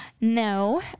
No